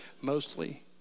Mostly